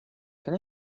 can